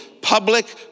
public